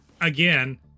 Again